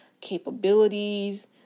capabilities